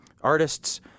artists